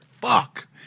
fuck